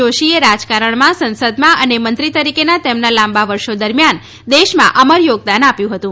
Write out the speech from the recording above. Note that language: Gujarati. જોશીએ રાજકારણમા સંસદમાં અને મંત્રી તરીકેના તેમના લાંબા વર્ષો દરમિયાન દેશમાં અમર થોગદાન આપ્યું હતું